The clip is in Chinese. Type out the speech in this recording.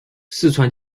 四川